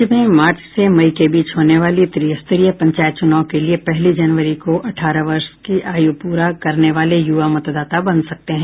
राज्य में मार्च से मई के बीच होने वाली त्रिस्तरीय पंचायत चुनाव के लिये पहली जनवरी को अठाहर वर्ष की आयु पूरी करने वाले युवा मतदाता बन सकते हैं